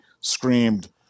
screamed